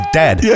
dead